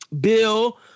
Bill